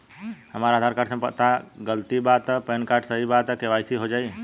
हमरा आधार कार्ड मे पता गलती बा त पैन कार्ड सही बा त के.वाइ.सी हो जायी?